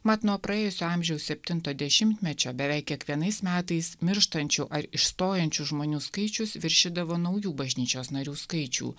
mat nuo praėjusio amžiaus septinto dešimtmečio beveik kiekvienais metais mirštančių ar išstojančių žmonių skaičius viršydavo naujų bažnyčios narių skaičių